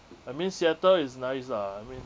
I mean seattle is nice lah I mean